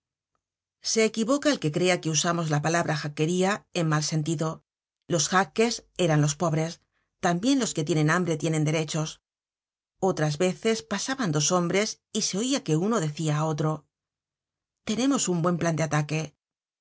se equivoca el que crea que usamos la palabra jacqueria en mal sentido los jacques eran los pobres tambien los que tienen hambre tienen derechos otras veces pasaban dos hombres y se oia que uno decia á otro tenemos un buen plan de ataque